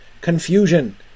Confusion